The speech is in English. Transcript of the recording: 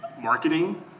marketing